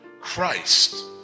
Christ